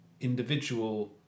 individual